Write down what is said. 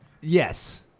Yes